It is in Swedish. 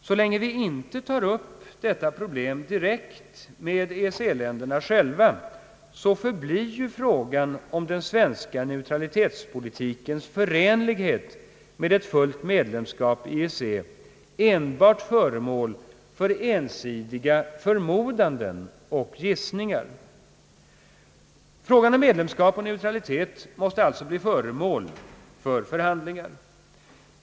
Så länge vi inte tar upp detta problem direkt med EEC-länderna själva, förblir frågan om den svenska neutralitetspolitikens förenlighet med ett fullt" medlemsskap i EEC enbart föremål för ensidiga förmodanden och gissningar. Frågan om medlemsskap och neutralitet måste alltså bli föremål för förhandlingar.